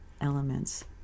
elements